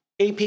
AP